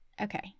Okay